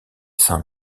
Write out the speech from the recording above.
saint